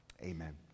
amen